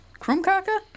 Krumkaka